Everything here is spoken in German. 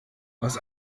aus